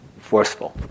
forceful